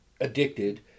addicted